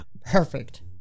Perfect